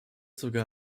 sogar